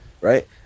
Right